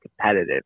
competitive